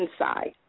inside